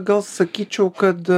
gal sakyčiau kad